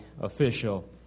official